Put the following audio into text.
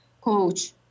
coach